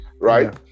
right